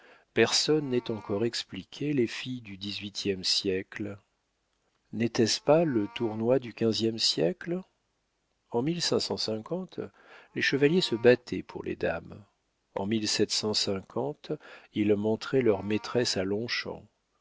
personne n'ait encore expliqué les filles du dix-huitième siècle n'était-ce pas le tournoi du quinzième siècle en les chevaliers se battaient pour les dames en ils montraient leurs maîtresses à longchamps